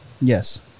Yes